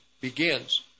begins